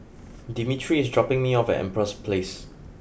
Dimitri is dropping me off at empress place